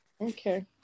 okay